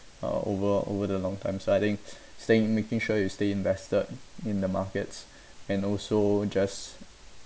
uh over over the long term so I think staying making sure you stay invested in the markets and also just